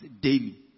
daily